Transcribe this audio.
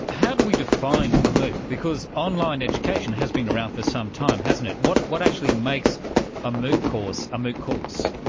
how do we define a mooc? because online education has been around for some time, hasn't it. what what actually makes a mooc course a mooc course?